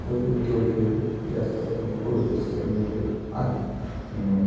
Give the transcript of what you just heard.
उ उद्योग हे जास्त करून फूड प्रोसेसिंगमध्ये आहे धन्यवाद